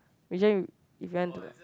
which one if you want to like